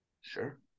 Sure